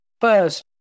first